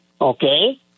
okay